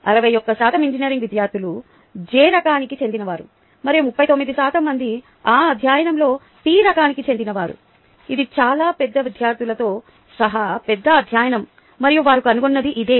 61 శాతం ఇంజనీరింగ్ విద్యార్థులు జె రకానికి చెందినవారు మరియు 39 శాతం మంది ఆ అధ్యయనంలో పి రకానికి చెందినవారు ఇది చాలా పెద్ద విద్యార్థులతో సహా పెద్ద అధ్యయనం మరియు వారు కనుగొన్నది ఇదే